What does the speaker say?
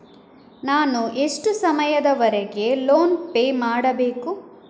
ನಾನು ಎಷ್ಟು ಸಮಯದವರೆಗೆ ಲೋನ್ ಪೇ ಮಾಡಬೇಕು?